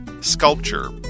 Sculpture